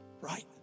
right